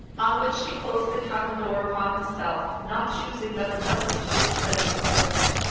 on which she closed the cabin door upon herself, not choosing that her husband should descend and behold her.